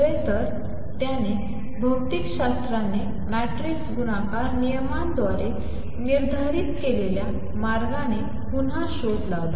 खरं तर त्याने भौतिकशास्त्राने मॅट्रिक्स गुणाकार नियमांद्वारे निर्धारित केलेल्या मार्गाने पुन्हा शोध लावला